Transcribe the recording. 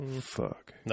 Fuck